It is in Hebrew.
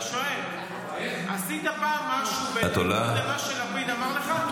אני שואל, עשית פעם משהו בניגוד למה שלפיד אמר לך?